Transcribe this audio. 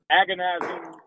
agonizing